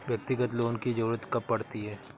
व्यक्तिगत लोन की ज़रूरत कब पड़ती है?